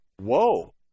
whoa